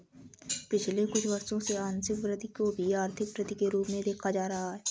पिछले कुछ वर्षों से आंशिक वृद्धि को भी आर्थिक वृद्धि के रूप में देखा जा रहा है